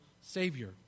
Savior